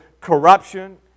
corruption